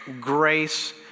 grace